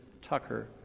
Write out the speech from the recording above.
Tucker